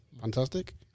fantastic